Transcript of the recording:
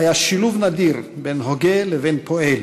היה שילוב נדיר בין הוגה לבין פועל,